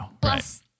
Plus